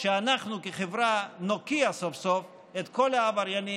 שאנחנו כחברה נוקיע סוף-סוף את כל העבריינים,